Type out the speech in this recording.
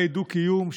הוא קורא לחיי דו-קיום,